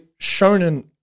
shonen